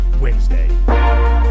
Wednesday